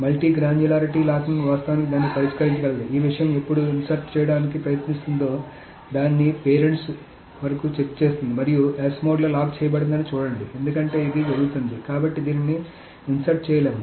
multi granularity locking వాస్తవానికి దాన్ని పరిష్కరించగలదు ఈ విషయం ఎప్పుడు ఇన్సర్ట్ చేయడానికి ప్రయత్నిస్తుందో దాని పేరెంట్స్ వరకు చెక్ చేస్తుంది మరియు S మోడ్లో లాక్ చేయబడిందని చూడండి ఎందుకంటే ఇది జరుగుతోంది కాబట్టి దీనిని ఇన్సర్ట్ చేయలేము